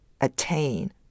attain